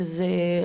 שזה,